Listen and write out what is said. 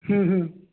ਹੂੰ ਹੂੰ